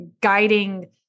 guiding